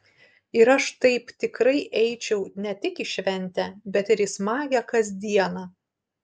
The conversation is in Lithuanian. ir aš taip tikrai eičiau ne tik į šventę bet ir į smagią kasdieną